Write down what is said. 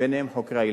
ביניהם חוקרי הילדים.